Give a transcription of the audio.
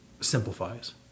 simplifies